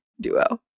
duo